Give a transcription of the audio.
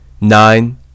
nine